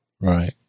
right